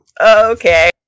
okay